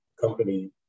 company